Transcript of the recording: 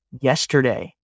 yesterday